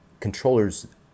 controllers